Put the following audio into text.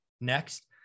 Next